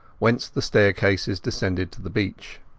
whence the staircases descended to the beach.